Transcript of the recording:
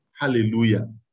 Hallelujah